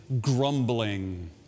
grumbling